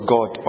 God